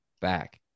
back